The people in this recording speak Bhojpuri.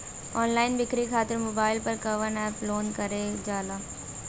ऑनलाइन बिक्री खातिर मोबाइल पर कवना एप्स लोन कईल जाला?